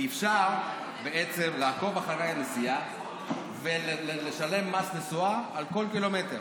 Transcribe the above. כי אפשר בעצם לעקוב אחרי הנסיעה ולשלם מס נסועה על כל קילומטר.